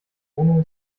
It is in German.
wohnung